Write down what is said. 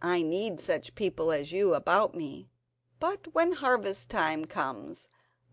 i need such people as you about me but when harvest time comes